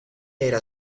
era